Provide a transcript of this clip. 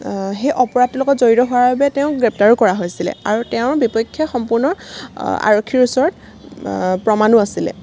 সেই অপৰাধটোৰ লগত জড়িত হোৱাৰ বাবে তেওঁক গ্ৰেপ্তাৰো কৰা হৈছিলে আৰু তেওঁৰ বিপক্ষে সম্পূৰ্ণ আৰক্ষীৰ ওচৰত প্ৰমাণো আছিলে